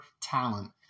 talent